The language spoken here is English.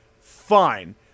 Fine